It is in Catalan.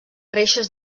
reixes